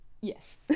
yes